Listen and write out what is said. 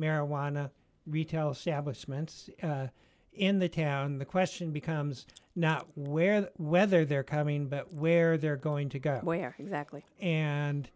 marijuana retail establishment in the town the question becomes now where whether they're coming but where they're going to go where exactly and